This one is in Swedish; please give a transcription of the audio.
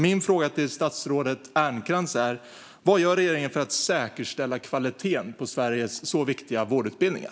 Min fråga till statsrådet Ernkrans är: Vad gör regeringen för att säkerställa kvaliteten på Sveriges så viktiga vårdutbildningar?